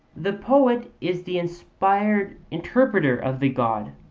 the poet is the inspired interpreter of the god,